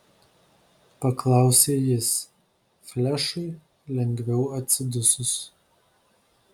paklausė jis flešui lengviau atsidusus